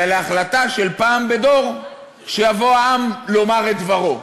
ולהחלטה של פעם בדור שיבוא העם לומר את דברו.